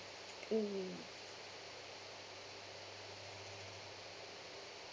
mm